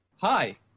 Hi